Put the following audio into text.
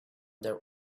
their